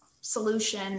solution